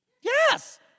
Yes